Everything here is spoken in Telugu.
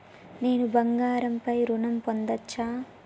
నేను బంగారం పై ఋణం పొందచ్చా?